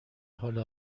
حال